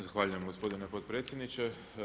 Zahvaljujem gospodine potpredsjedniče.